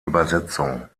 übersetzung